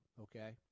okay